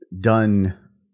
done